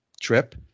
trip